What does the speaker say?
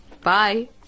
Bye